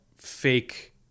fake